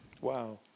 Wow